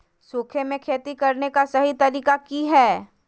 सूखे में खेती करने का सही तरीका की हैय?